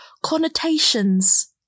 connotations